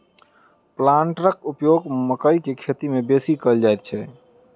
प्लांटरक उपयोग मकइ के खेती मे बेसी कयल जाइत छै